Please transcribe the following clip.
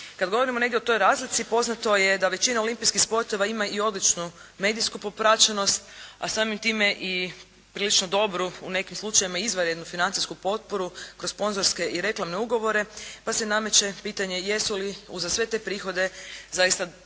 Kad govorimo negdje o toj razlici poznato je da većina olimpijskih sportova ima i odličnu medijsku popraćenost a samim time i prilično dobru u nekim slučajevima izvanrednu financijsku potporu kroz sponzorske i reklamne ugovore, pa se nameće pitanje jesu li uza sve te prihode zaista nužne